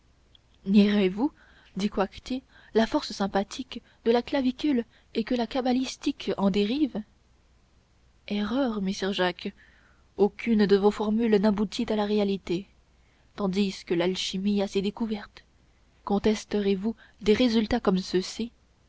dit coictier la force sympathique de la clavicule et que la cabalistique en dérive erreur messire jacques aucune de vos formules n'aboutit à la réalité tandis que l'alchimie a ses découvertes contesterez vous des résultats comme ceux-ci